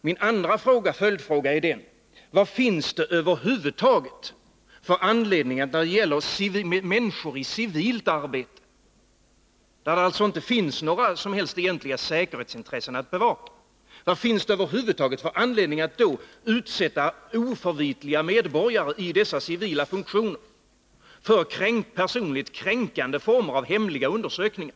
Min andra följdfråga är: När det gäller människor i civilt arbete — och när det alltså inte finns några egentliga säkerhetsintressen att bevaka — vad finns det över huvud taget för anledning att utsätta oförvitliga medborgare i dessa civila funktioner för personligt kränkande former av hemliga undersökningar?